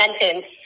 sentence